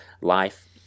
life